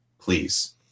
please